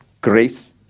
Grace